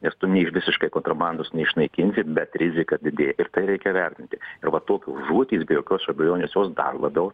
ir tu nei visiškai kontrabandos neišnaikinsi bet rizika didėja ir tai reikia vertinti ir va tokios žūtys be jokios abejonės jos dar labiau